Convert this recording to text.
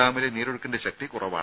ഡാമിലെ നീരൊഴുക്കിന്റെ ശക്തി കുറവാണ്